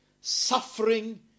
Suffering